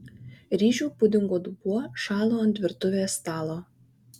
ryžių pudingo dubuo šalo ant virtuvės stalo